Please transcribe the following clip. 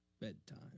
Bedtime